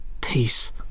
Peace